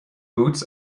boots